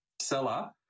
seller